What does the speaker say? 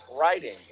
writing